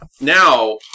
now